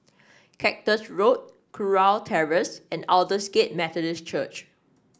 Cactus Road Kurau Terrace and Aldersgate Methodist Church